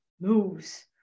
moves